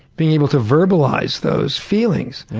being able to verbalize those feelings.